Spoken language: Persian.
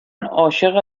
عاشق